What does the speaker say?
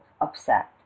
upset